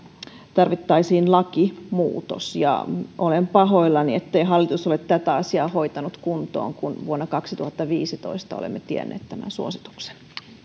tarvittaisiin lakimuutos ja olen pahoillani ettei hallitus ole tätä asiaa hoitanut kuntoon kun vuonna kaksituhattaviisitoista olemme tienneet tämän suosituksen